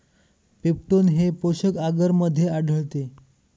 peptone हे पोषक आगरमध्ये आढळते